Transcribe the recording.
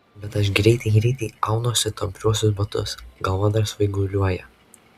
bet aš greitai greitai aunuosi tampriuosius batus galva dar svaiguliuoja